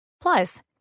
Plus